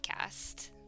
podcast